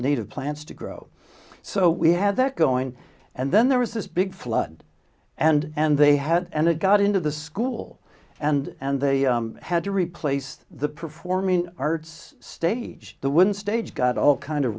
native plants to grow so we had that going and then there was this big flood and and they had and it got into the school and they had to replace the performing arts stage the wooden stage got all kind of